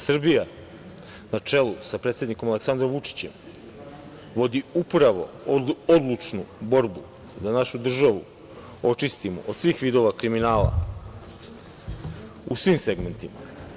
Srbija, na čelu sa predsednikom Aleksandrom Vučićem, vodi upravo odlučnu borbu da našu državu očistimo od svih vidova kriminala u svim segmentima.